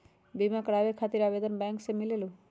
बिमा कराबे खातीर आवेदन बैंक से मिलेलु?